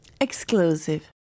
Exclusive